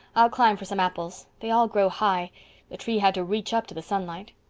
i'll climb for some apples. they all grow high the tree had to reach up to the sunlight.